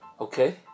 Okay